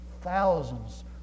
thousands